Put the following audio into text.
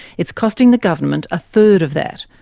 it's costing the government a third of that,